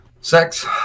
sex